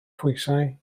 phwysau